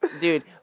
dude